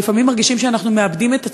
לפעמים מרגישים שאנחנו מאבדים את עצמנו.